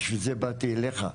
בשביל זה באתי אלייך.